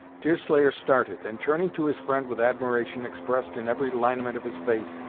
deerslayer started, and turning to his friend with admiration expressed in every lineament of his face,